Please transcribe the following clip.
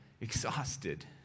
exhausted